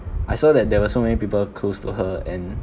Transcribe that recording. I saw that there were so many people close to her and